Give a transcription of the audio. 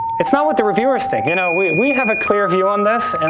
it's not what the reviewers think. you know, we we have a clear view on this, and